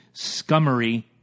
scummery